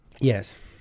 Yes